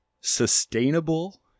sustainable